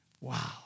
wow